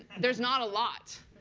there's not a lot.